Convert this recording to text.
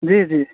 جی جی